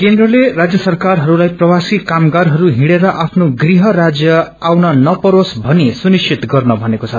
केन्द्रलेराण्य सरकारहरूलाईप्रवासीकामगारहरू हिड़ेरआफ्नोगृहराण्य आउननपरोसभनीसुनिश्चितगर्नमनेको छ